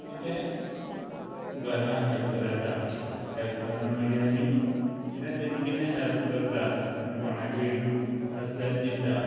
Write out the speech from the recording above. कितें घरां हेल्प जाता हेल्प जावन मागीर आमी कितें तेजें कितें हेल्प करता आनी कोणाकूय आसल्यार दिता